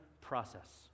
process